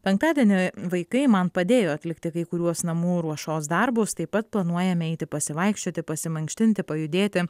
penktadienį vaikai man padėjo atlikti kai kuriuos namų ruošos darbus taip pat planuojame eiti pasivaikščioti pasimankštinti pajudėti